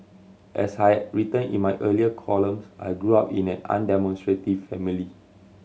as I written in my earlier columns I grew up in an undemonstrative family